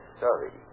sorry